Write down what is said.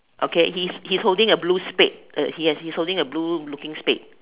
okay he's he's holding a blue spade uh yes he's holding a blue looking spade